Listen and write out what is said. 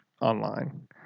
online